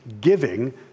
giving